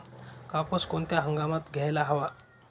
कापूस कोणत्या हंगामात घ्यायला हवा?